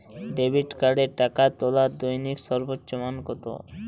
Debit কার্ডে টাকা তোলার দৈনিক সর্বোচ্চ মান কতো?